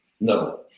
No